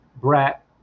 brat